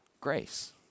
grace